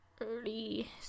early